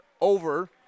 over